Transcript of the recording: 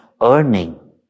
earning